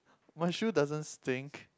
my shoe doesn't stink